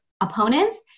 opponents